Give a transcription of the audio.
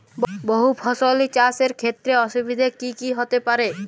বহু ফসলী চাষ এর ক্ষেত্রে অসুবিধে কী কী হতে পারে?